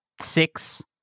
six